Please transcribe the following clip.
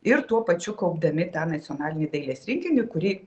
ir tuo pačiu kaupdami tą nacionalinį dailės rinkinį kurį